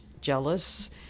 jealous